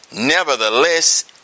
nevertheless